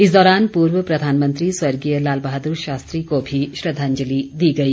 इस दौरान पूर्व प्रधानमंत्री स्वर्गीय लाल बहादुर शास्त्री को भी श्रद्धांजलि दी गई